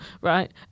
right